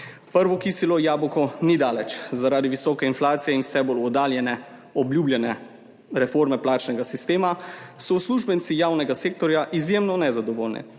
Prvo kislo jabolko ni daleč. Zaradi visoke inflacije in vse bolj oddaljene obljubljene reforme plačnega sistema so uslužbenci javnega sektorja izjemno nezadovoljni.